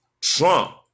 Trump